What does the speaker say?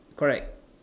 correct